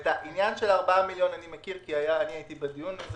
אני מכיר את העניין של ה-4 מיליון כי הייתי בדיון הזה.